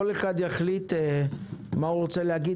כל אחד יחליט מה הוא רוצה להגיד,